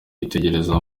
yitegereza